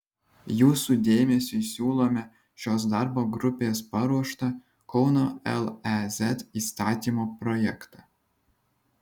jūsų dėmesiui siūlome šios darbo grupės paruoštą kauno lez įstatymo projektą